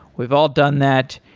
we've all done that.